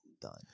done